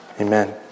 Amen